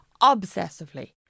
obsessively